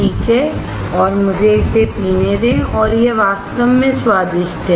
ठीक है और मुझे इसे पीने दे और यह वास्तव में स्वादिष्ट है